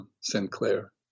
Sinclair